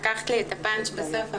לקחת לי את הפאנץ' בסוף,